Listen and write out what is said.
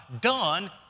done